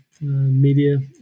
media